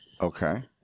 Okay